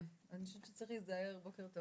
אני מעלה סימן שאלה לגבי